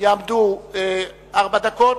יעמדו ארבע דקות.